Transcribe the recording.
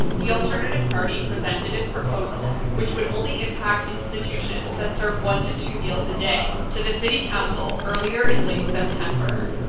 the alternative party presented its proposal, which would only impact institutions that serve one to two meals a day, to the city council earlier in late-september.